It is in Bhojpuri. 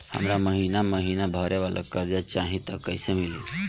हमरा महिना महीना भरे वाला कर्जा चाही त कईसे मिली?